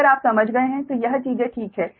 अगर आप समझ गए हैं तो यह चीजें ठीक हैं